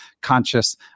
conscious